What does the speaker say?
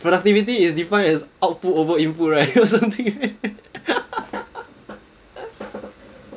productivity is defined as output over input right or something